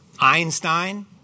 Einstein